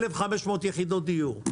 1,500 יחידות דיור,